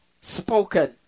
spoken